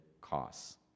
costs